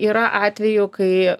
yra atvejų kai